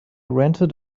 rented